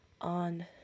On